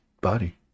body